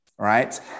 Right